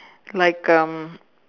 like um